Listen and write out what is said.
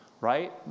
right